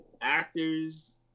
actors